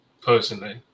personally